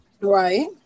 Right